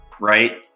right